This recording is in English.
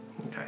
Okay